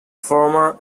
former